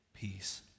peace